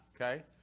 okay